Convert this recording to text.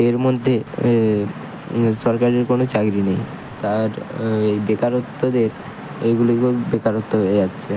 এর মধ্যে সরকারের কোনো চাকরি নেই তার বেকারত্বদের এইগুলিকে বেকারত্ব হয়ে যাচ্ছে